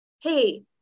hey